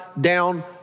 down